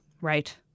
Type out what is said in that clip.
Right